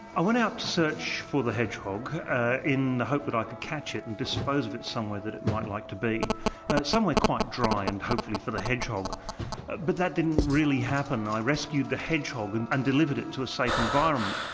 i went out to search for the hedgehog in the hope that i could catch it and dispose of it somewhere that it might like to be somewhere quite dry and hopefully, for the hedgehog but that didn't really happen. i rescued the hedgehog and and delivered it to a safe environment.